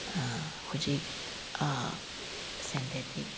ꯍꯧꯖꯤꯛ ꯁꯦꯟꯊꯦꯇꯤꯛ